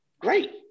Great